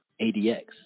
ADX